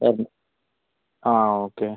ശരി ആ ഓക്കെ